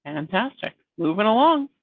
and i'm testing moving along,